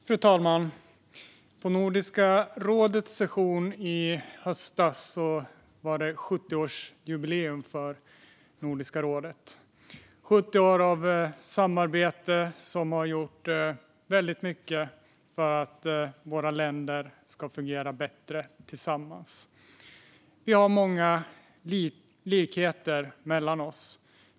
Fru talman! På Nordiska rådets session i höstas var det 70-årsjubileum för Nordiska rådet. Det är 70 år av samarbete som har gjort mycket för att våra länder ska fungera bättre tillsammans. Det finns många likheter mellan oss.